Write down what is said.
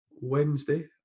Wednesday